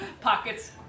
Pockets